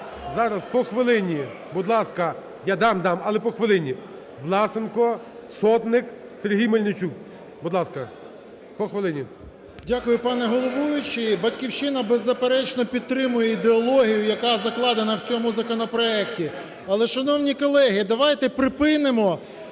зараз по хвилині, будь ласка. Я дам, дам, але по хвилині. Власенко, Сотник, Сергій Мельничук, будь ласка, по хвилині. 17:14:43 ВЛАСЕНКО С.В. Дякую, пане головуючий. "Батьківщина" беззаперечно підтримує ідеологію, яка закладена в цьому законопроекті. Але, шановні колеги, давайте припинимо